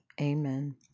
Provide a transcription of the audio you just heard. Amen